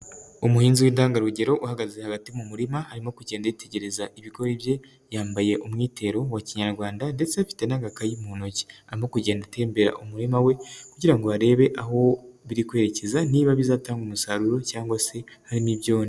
Umuhinzi w'intangarugero uhagaze hagati mu murima arimo kugenda yitegereza ibigori bye yambaye umwitero wa kinyarwanda ndetse afite n'agakayi mu ntoki arimo kugenda atembera umurima we kugira ngo arebe aho biri kwerekeza niba bizatanga umusaruro cyangwa se hari n'ibyonnyi.